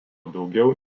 daugiau